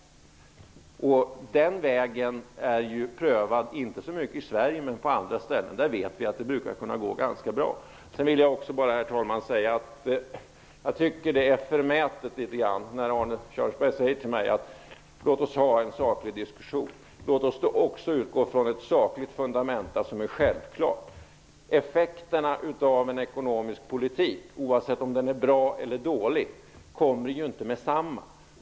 Denna metod har inte prövats så mycket i Sverige men på andra ställen, och därifrån vet vi att det brukar kunna gå ganska bra. Herr talman! Jag tycker att det är litet förmätet av Arne Kjörnsberg att säga: Låt oss föra en saklig diskussion! Låt oss då också utgå från ett sakligt fundament, som är självklart. Effekterna av en ekonomisk politik, oavsett om den är bra eller dålig, kommer inte med detsamma.